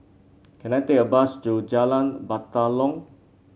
can I take a bus to Jalan Batalong